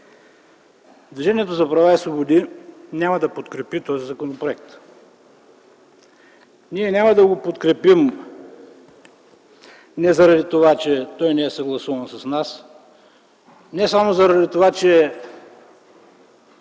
Движението за права и свободи няма да подкрепи този законопроект. Ние няма да го подкрепим не заради това, че той не е съгласуван с нас, не само заради това, че